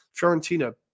Fiorentina